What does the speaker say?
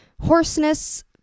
hoarseness